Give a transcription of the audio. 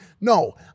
No